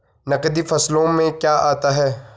नकदी फसलों में क्या आता है?